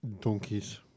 Donkeys